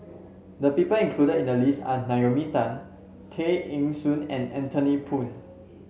the people included in the list are Naomi Tan Tay Eng Soon and Anthony Poon